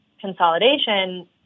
consolidation